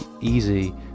easy